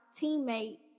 teammate